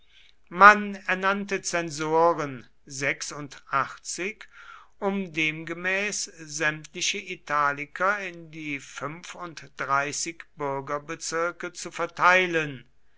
man ernannte um demgemäß sämtliche italiker in die fünfunddreißig bürgerbezirke zu verteilen